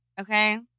Okay